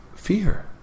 fear